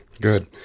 Good